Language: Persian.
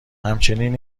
همچنین